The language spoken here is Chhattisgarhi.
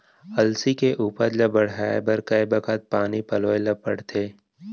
अलसी के उपज ला बढ़ए बर कय बखत पानी पलोय ल पड़थे?